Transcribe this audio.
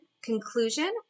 conclusion